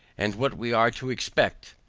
and what we are to expect,